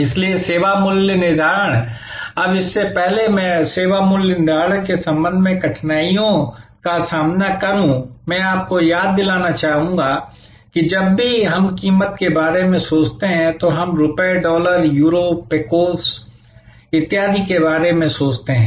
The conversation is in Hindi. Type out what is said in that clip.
इसलिए सेवा मूल्य निर्धारण अब इससे पहले कि मैं सेवा मूल्य निर्धारण के संबंध में कठिनाइयों का सामना करूं मैं आपको याद दिलाना चाहूंगा कि जब भी हम कीमत के बारे में सोचते हैं तो हम रुपए डॉलर यूरो पेकोस इत्यादि के बारे में सोचते हैं